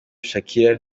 shakira